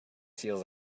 seals